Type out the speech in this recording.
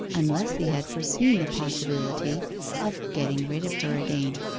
unless he had foreseen the possibility of getting rid of her again.